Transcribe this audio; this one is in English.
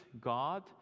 God